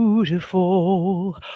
Beautiful